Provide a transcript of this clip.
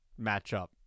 matchup